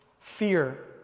Fear